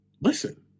Listen